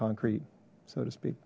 concrete so to speak